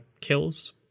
Kills